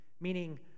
meaning